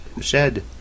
shed